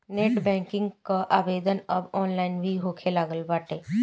net banking कअ आवेदन अब ऑनलाइन भी होखे लागल बाटे